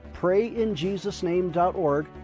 PrayInJesusName.org